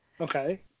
okay